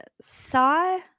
saw